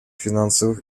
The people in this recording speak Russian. финансовых